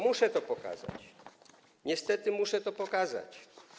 Muszę to pokazać, niestety, muszę to pokazać.